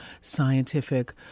scientific